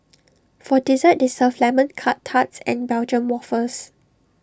for dessert they serve lemon Curt tarts and Belgium Waffles